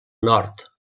nord